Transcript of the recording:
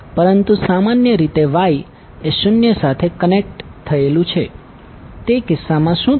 પરંતુ સામાન્ય રીતે Y એ o સાથે કનેક્ટેડ થયેલુ છે તે કિસ્સામા શુ થશે